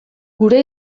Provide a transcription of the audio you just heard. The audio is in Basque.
gure